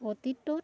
অতীত